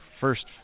first